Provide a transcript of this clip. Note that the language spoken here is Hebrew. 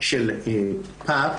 של פאפ.